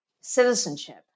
citizenship